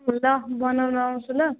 ल बनाउन आउँछु ल